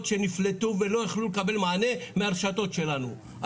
שנפלטו ולא יכלו לקבל מענה מרשתות שלנו,